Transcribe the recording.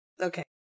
Okay